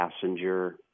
passenger